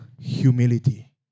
humility